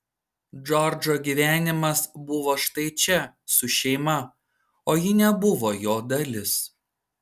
džordžo gyvenimas buvo štai čia su šeima o ji nebuvo jo dalis